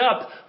up